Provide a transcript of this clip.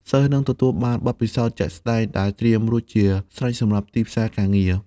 សិស្សនឹងទទួលបានបទពិសោធន៍ជាក់ស្តែងដែលត្រៀមរួចជាស្រេចសម្រាប់ទីផ្សារការងារ។